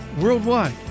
worldwide